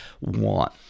want